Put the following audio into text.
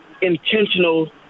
intentional